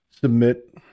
submit